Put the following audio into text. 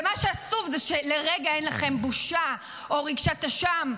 ומה שעצוב זה שלרגע אין לכם בושה או רגשות אשם.